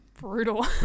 Brutal